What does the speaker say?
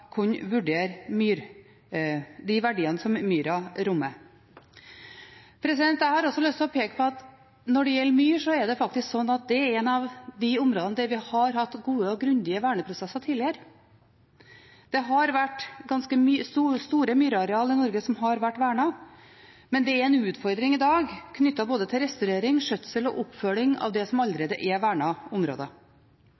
kunne vurdere de verdiene som myra rommer. Jeg har også lyst til å peke på at når det gjelder myr, så er det faktisk slik at dette er et av de områdene der vi har hatt gode og grundige verneprosesser tidligere. Det har vært ganske store myrareal i Norge som har vært vernet, men det er en utfordring i dag knyttet til både restaurering, skjøtsel og oppfølging av det som allerede er vernede områder.